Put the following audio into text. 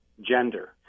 gender